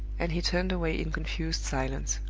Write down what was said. and he turned away in confused silence.